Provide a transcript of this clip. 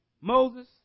Moses